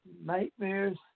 nightmares